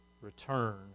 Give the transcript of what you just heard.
return